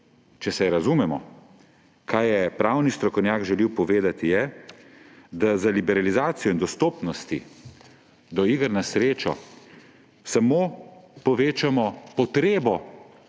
če se razumemo, kaj je pravni strokovnjak želel povedati, je, da z liberalizacijo dostopnosti do iger na srečo samo povečamo potrebo